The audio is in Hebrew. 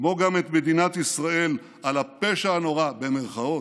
כמו גם את מדינת ישראל על "הפשע הנורא" במירכאות,